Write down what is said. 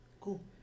Cool